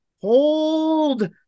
hold